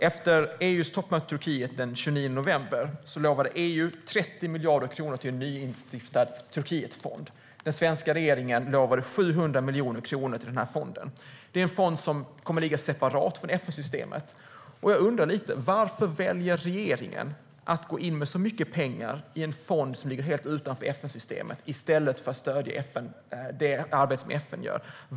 Efter EU:s toppmöte med Turkiet den 29 november lovade EU 30 miljarder kronor till en nyinstiftad Turkietfond. Den svenska regeringen lovade 700 miljoner kronor till fonden. Det är en fond som kommer att ligga separat från FN-systemet. Jag undrar lite: Varför väljer regeringen att gå in med så mycket pengar i en fond som ligger helt utanför FN-systemet i stället för att stödja det arbete som FN gör?